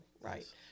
Right